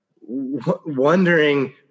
wondering